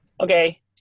Okay